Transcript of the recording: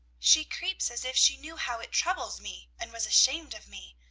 she creeps as if she knew how it troubles me, and was ashamed of me,